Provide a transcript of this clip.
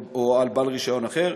או בעל רישיון אחר,